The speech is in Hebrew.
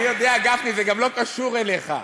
אני יודע, גפני, זה גם לא קשור אליך.